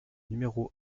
numéro